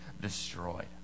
destroyed